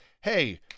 Hey